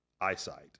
eyesight